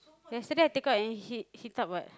yesterday I take out and he he thought what